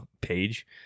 page –